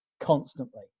constantly